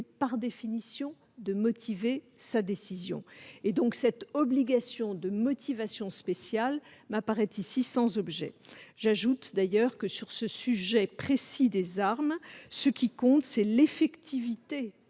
par définition, de motiver sa décision. L'obligation de motivation spéciale m'apparaît donc sans objet. J'ajoute que, sur ce sujet précis des armes, ce qui compte, c'est l'effectivité